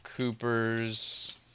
Coopers